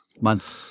Month